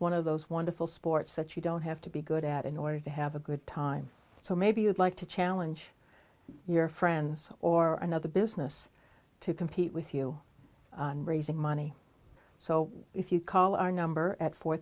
one of those wonderful sports that you don't have to be good at in order to have a good time so maybe you would like to challenge your friends or another business to compete with you raising money so if you call our number at four